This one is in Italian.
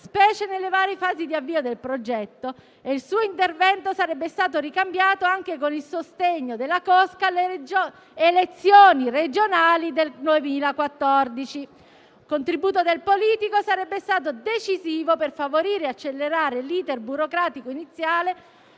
specie nelle varie fasi di avvio del progetto, e il suo intervento sarebbe stato ricambiato anche con il sostegno della cosca alle elezioni regionali del 2014. Il contributo del politico sarebbe stato decisivo per favorire e accelerare l'*iter* burocratico iniziale